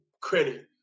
credit